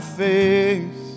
face